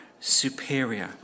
superior